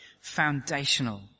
foundational